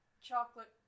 chocolate